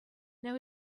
now